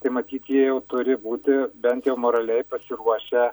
tai matyt jie jau turi būti bent jau moraliai pasiruošę